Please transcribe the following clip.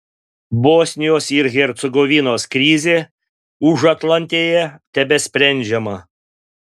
bosnijos ir hercegovinos krizė užatlantėje tebesprendžiama